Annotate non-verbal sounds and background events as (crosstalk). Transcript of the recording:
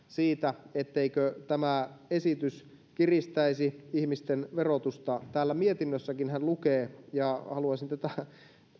(unintelligible) siitä etteikö tämä esitys kiristäisi ihmisten verotusta täällä mietinnössäkinhän lukee ja haluaisin tätä